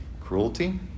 cruelty